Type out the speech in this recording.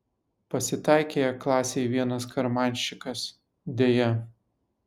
pasitaikė klasėj vienas karmanščikas deja